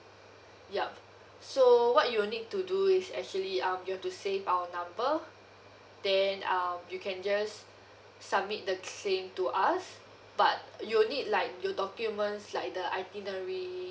yup so what you'll need to do is actually um you have to save our number then um you can just submit the claim to us but you'll need like your documents like the itinerary